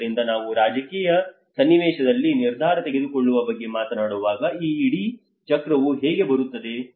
ಆದ್ದರಿಂದ ನಾವು ರಾಜಕೀಯ ಸನ್ನಿವೇಶದಲ್ಲಿ ನಿರ್ಧಾರ ತೆಗೆದುಕೊಳ್ಳುವ ಬಗ್ಗೆ ಮಾತನಾಡುವಾಗ ಈ ಇಡೀ ಚಕ್ರವು ಹೇಗೆ ಬರುತ್ತದೆ